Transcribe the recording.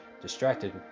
distracted